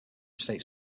states